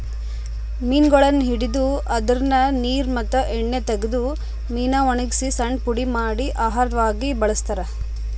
ಮೀನಗೊಳನ್ನ್ ಹಿಡದು ಅದ್ರಿನ್ದ ನೀರ್ ಮತ್ತ್ ಎಣ್ಣಿ ತಗದು ಮೀನಾ ವಣಗಸಿ ಸಣ್ಣ್ ಪುಡಿ ಮಾಡಿ ಆಹಾರವಾಗ್ ಬಳಸ್ತಾರಾ